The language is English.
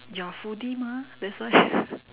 you're a foodie mah that's why